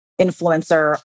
influencer